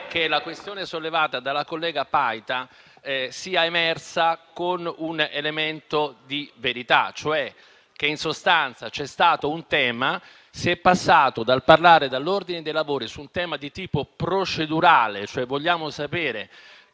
che la questione sollevata dalla collega Paita sia emersa con un elemento di verità, cioè che in sostanza c'è stato un tema, si è passati dal parlare sull'ordine dei lavori su un tema di tipo procedurale. PRESIDENTE.